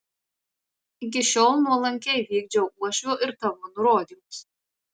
iki šiol nuolankiai vykdžiau uošvio ir tavo nurodymus